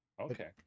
Okay